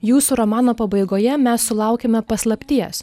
jūsų romano pabaigoje mes sulaukiame paslapties